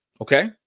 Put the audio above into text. okay